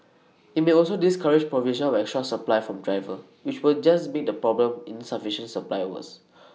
IT may also discourage provision of extra supply from drivers which will just make the problem insufficient supply worse